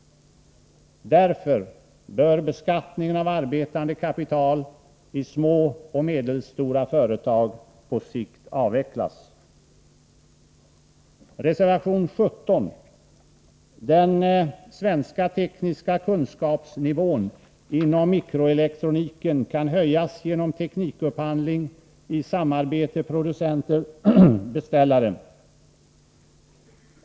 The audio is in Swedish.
Därför bör beskattningen av arbetande kapital i små och medelstora företag på sikt avvecklas. Reservation 17. Den svenska tekniska kunkskapsnivån inom mikroelektroniken kan höjas genom teknikupphandling i samarbete producenterbeställare.